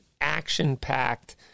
action-packed